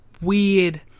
weird